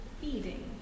feeding